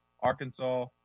Arkansas